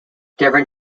different